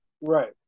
right